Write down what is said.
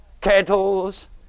Kettles